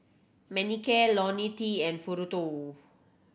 Manicare Ionil T and Futuro